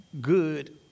good